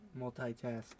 multitask